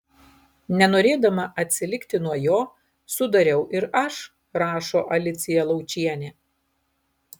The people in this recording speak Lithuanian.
nenorėdama atsilikti nuo jo sudariau ir aš rašo alicija laučienė